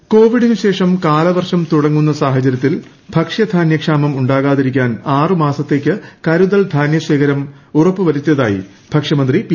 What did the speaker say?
തിലോത്തമൻ കോവിഡിനുശേഷം കാലവർഷം തുടങ്ങുന്ന സാഹചര്യത്തിൽ ഭക്ഷ്യധാന്യക്ഷാമം ഉണ്ടാകാതിരിക്കാൻ ആറുമാസത്തേക്ക് കരുതൽ ധാന്യശേഖരം ഉറപ്പുവരുത്തിയതായി ഭക്ഷ്യ മന്ത്രി പി